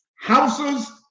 houses